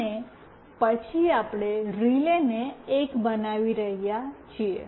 અને પછી આપણે રિલે ને 1 બનાવી રહ્યા છીએ